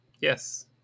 Yes